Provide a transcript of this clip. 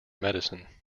medicine